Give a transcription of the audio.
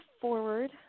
forward